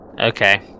okay